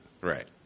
Right